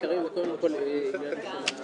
עומד מאחורי היכולות המקצועיות והרמה,